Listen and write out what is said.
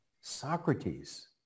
Socrates